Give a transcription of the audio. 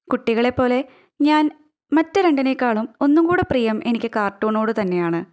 കുട്ടികളെപ്പോലെ ഞാൻ മറ്റ് രണ്ടിനേക്കാളും ഒന്നും കൂടി പ്രിയം എനിക്ക് കാർട്ടൂണോട് തന്നെയാണ്